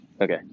Okay